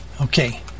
Okay